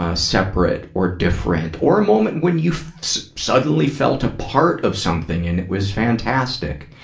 ah separate or different. or a moment when you suddenly felt a part of something and it was fantastic.